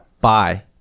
Bye